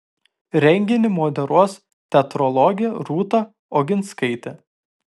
renginį moderuos teatrologė rūta oginskaitė